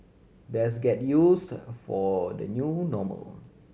best get used for the new normal